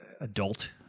adult